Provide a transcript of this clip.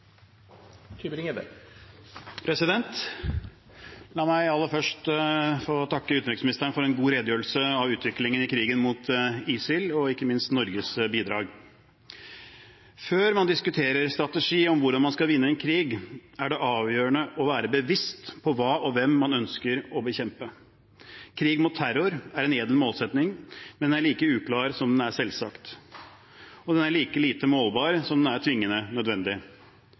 operasjoner. La meg aller først få takke utenriksministeren for en god redegjørelse av utviklingen i krigen mot ISIL og ikke minst Norges bidrag. Før man diskuterer strategi om hvordan man skal vinne en krig, er det avgjørende å være bevisst på hva og hvem man ønsker å bekjempe. Krig mot terror er en edel målsetting, men den er like uklar som den er selvsagt, og den er like lite målbar som den er tvingende nødvendig.